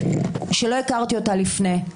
שלא הכרתי אותה לפני.